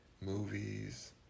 movies